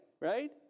right